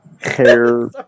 hair